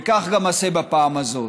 וכך גם אעשה בפעם הזאת.